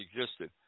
existed